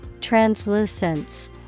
Translucence